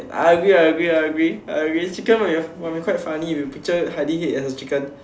I agree I agree I agree I agree chicken would be would be quite funny if you picture Heidi head as the chicken